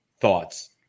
thoughts